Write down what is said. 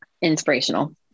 inspirational